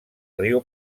riu